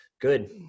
good